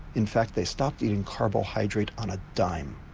in fact they stopped eating carbohydrate on a dime,